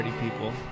People